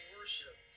worship